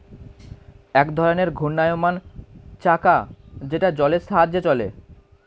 এক ধরনের ঘূর্ণায়মান চাকা যেটা জলের সাহায্যে চলে